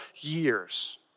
years